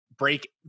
break